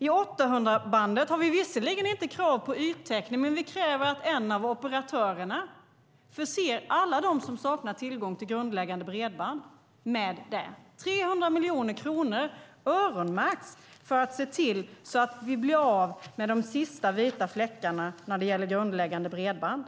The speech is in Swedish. I 800-bandet har vi visserligen inte krav på yttäckning, men vi kräver att en av operatörerna förser alla som saknar tillgång till grundläggande bredband med det. 300 miljoner kronor öronmärks för att se till att vi blir av med de sista vita fläckarna när det gäller grundläggande bredband.